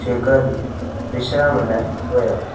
जे घर विश्राम लाइ विया